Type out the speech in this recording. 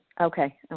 okay